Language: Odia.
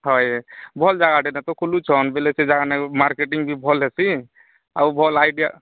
ହଏ ଭଲ ଜାଗାଟେ ତ ଖୋଲୁଛନ୍ ବୋଲେ ସେ ଜାଗା ନେ ମାର୍କେଟିଂ ବି ଭଲ ଅଛି ଆଉ ଭଲ ଆଇଡ଼ାଆ